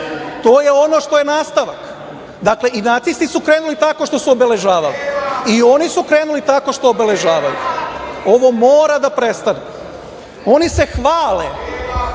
To je ono što je nastavak. Dakle, i nacisti su krenuli tako što su obeležavali. I oni su krenuli tako što obeležavaju. Ovo mora da prestane. Oni se hvale